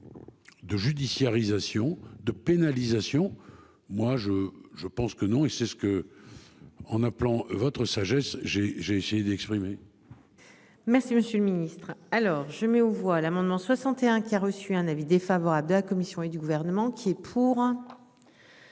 De judiciarisation de pénalisation moi je je pense que non et c'est ce que. En appelant votre sagesse, j'ai, j'ai essayé d'exprimer. Merci, monsieur le Ministre, alors je mets aux voix l'amendement 61 qui a reçu un avis défavorable de la Commission et du gouvernement qui est pour.